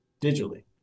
digitally